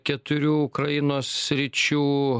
keturių ukrainos sričių